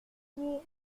qui